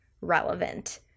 relevant